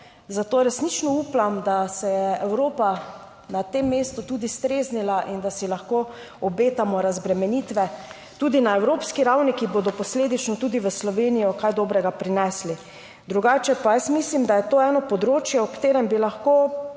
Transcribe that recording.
– 14.50** (Nadaljevanje) na tem mestu tudi streznila in da si lahko obetamo razbremenitve, tudi na evropski ravni, ki bodo posledično tudi v Slovenijo kaj dobrega prinesli. Drugače pa jaz mislim, da je to eno področje, o katerem bi lahko,